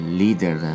leader